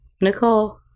nicole